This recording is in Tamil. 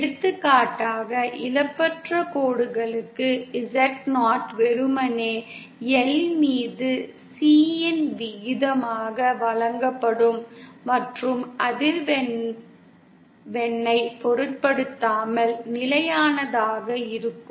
எடுத்துக்காட்டாக இழப்பற்ற கோடுகளுக்கு Z0 வெறுமனே L மீது C இன் விகிதமாக வழங்கப்படும் மற்றும் அதிர்வெண்ணைப் பொருட்படுத்தாமல் நிலையானதாக இருக்கும்